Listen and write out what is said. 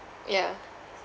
yeah